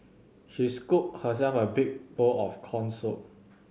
she scooped herself a big bowl of corn soup